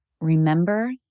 remember